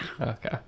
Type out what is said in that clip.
Okay